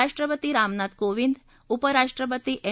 राष्ट्रपती रामनाथ कोविंद उपराष्ट्रपती मे